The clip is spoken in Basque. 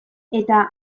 eta